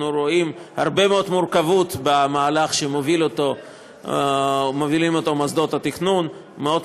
אנחנו רואים הרבה מאוד מורכבות במהלך שמוסדות התכנון מובילים,